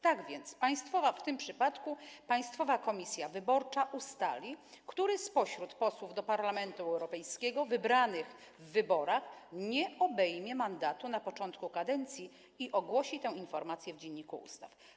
Tak więc w tym przypadku Państwowa Komisja Wyborcza ustali, który spośród posłów do Parlamentu Europejskiego wybrany w wyborach nie obejmie mandatu na początku kadencji i ogłosi tę informację w Dzienniku Ustaw.